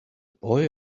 boy